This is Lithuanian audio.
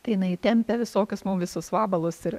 tai jinai tempia visokius visus vabalus ir